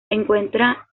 encuentra